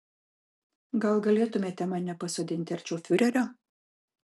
gal galėtumėte mane pasodinti arčiau fiurerio